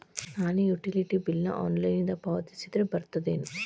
ನಾನು utility bill ನ ಆನ್ಲೈನಿಂದ ಪಾವತಿಸಿದ್ರ ಬರ್ತದೇನು?